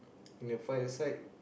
in the fight aside